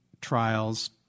trials